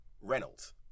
Reynolds